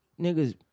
niggas